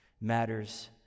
matters